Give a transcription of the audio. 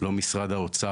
לא משרד האוצר,